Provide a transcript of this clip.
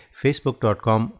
facebook.com